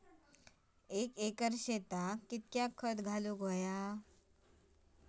एक एकर शेताक कीतक्या खत घालूचा?